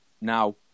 now